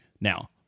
now